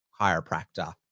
chiropractor